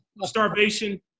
starvation